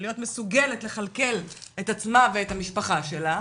ולהיות מסוגלת לכלכל את עצמה ואת המשפחה שלה,